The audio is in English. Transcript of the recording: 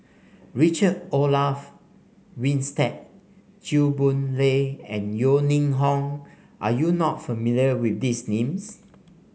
Richard Olaf Winstedt Chew Boon Lay and Yeo Ning Hong are you not familiar with these names